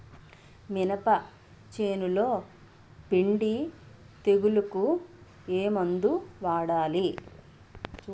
మినప చేనులో పిండి తెగులుకు ఏమందు వాడాలి?